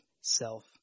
self